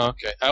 Okay